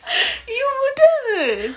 you wouldn't